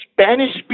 Spanish